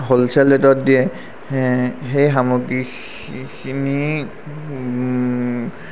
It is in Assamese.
হ'লচেল ৰেটত দিয়ে সেই সেই সামগ্ৰীখিনি